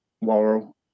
Worrell